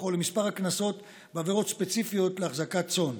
או למספר הקנסות בעבירות ספציפיות לאחזקת צאן.